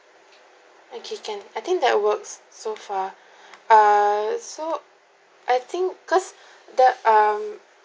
okay can I think that works so far err so I think because the um